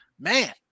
man